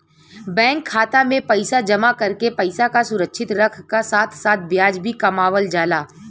bank खाता में पैसा जमा करके पैसा क सुरक्षित रखे क साथ साथ ब्याज भी कमावल जाला